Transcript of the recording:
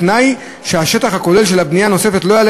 בתנאי שהשטח הכולל של הבנייה הנוספת לא יעלה